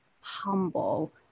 humble